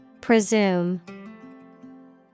Presume